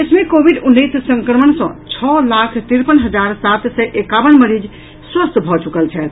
देश मे कोविड उन्नैस संक्रमण सँ छओ लाख तिरपन हजार सात सय एकावन मरीज स्वस्थ भऽ चुकल छथि